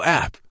app